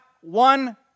one